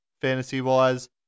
fantasy-wise